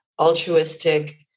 altruistic